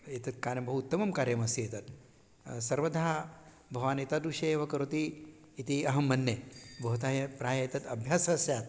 एतत् कार्यं बहु उत्तमं कार्यमसीत् सर्वधा भवान् एतादृशे एव करोति इति अहं मन्ने भवतः य प्रायः एतत् अभ्यासः स्यात्